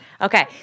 Okay